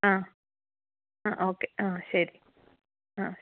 ആ ഓക്കേ ശരി ആ